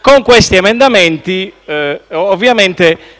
Siccome nel decreto-legge